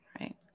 Right